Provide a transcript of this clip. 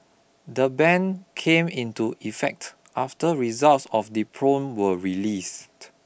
the ban came into effect after results of the probe were released